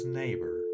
neighbor